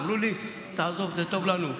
אמרו לי: תעזוב, זה טוב לנו,